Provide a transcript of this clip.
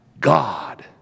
god